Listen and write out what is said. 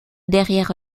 derrière